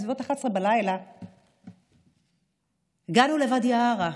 בסביבות 23:00 הגענו לוואדי עארה.